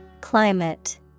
Climate